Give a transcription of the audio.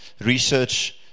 research